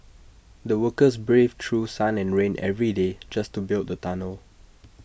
the workers braved through sun and rain every day just to build the tunnel